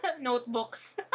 Notebooks